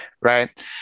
right